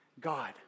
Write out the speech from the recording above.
God